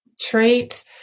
trait